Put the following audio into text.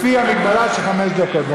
לפי המגבלה של חמש דקות.